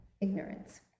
ignorance